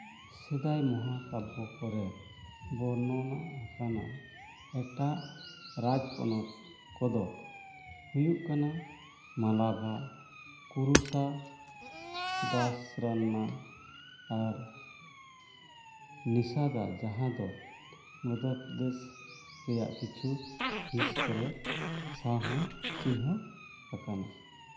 ᱥᱮᱫᱟᱭ ᱢᱚᱦᱟᱠᱟᱵᱵᱚ ᱠᱚᱨᱮᱫ ᱵᱚᱨᱱᱚᱱᱟ ᱟᱠᱟᱱᱟ ᱮᱴᱟᱜ ᱨᱟᱡᱽ ᱯᱚᱱᱚᱛ ᱠᱚᱫᱚ ᱦᱩᱭᱩᱜ ᱠᱟᱱᱟ ᱢᱟᱞᱟᱵᱷᱟ ᱠᱩᱨᱩᱥᱟ ᱫᱟᱨᱟᱥᱚᱱᱟ ᱟᱨ ᱱᱤᱥᱟᱫᱟ ᱡᱟᱦᱟᱸ ᱫᱚ ᱢᱚᱫᱫᱷᱚᱯᱨᱚᱫᱮᱥ ᱨᱮᱭᱟᱜ ᱠᱤᱪᱷᱩ ᱦᱤᱸᱥ ᱠᱚᱨᱮᱫ ᱥᱟᱶ ᱦᱚᱸ ᱪᱤᱱᱦᱟᱹᱯ ᱟᱠᱟᱱᱟ